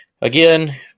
again